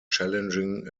challenging